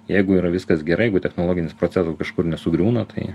jeigu yra viskas gerai jeigu technologinis procesas kažkur nesugriūna tai